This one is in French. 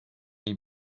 les